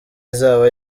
izaba